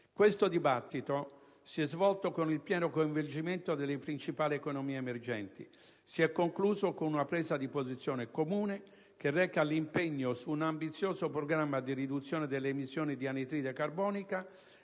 Questo dibattito si è svolto con il pieno coinvolgimento delle principali economie emergenti e si è concluso con una presa di posizione comune che reca l'impegno su un ambizioso programma di riduzione delle emissioni di anidride carbonica